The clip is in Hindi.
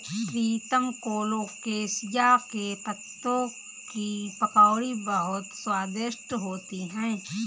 प्रीतम कोलोकेशिया के पत्तों की पकौड़ी बहुत स्वादिष्ट होती है